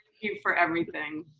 you for everything.